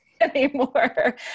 anymore